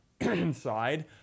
inside